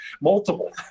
multiple